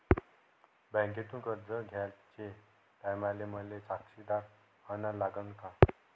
बँकेतून कर्ज घ्याचे टायमाले मले साक्षीदार अन लागन का?